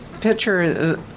picture